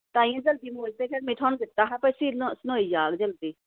तांइयै जल्दी में थुआनूं दित्ता हा कि सयोई जाह्ग जल्दी